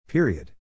Period